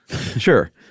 Sure